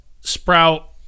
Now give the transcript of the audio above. sprout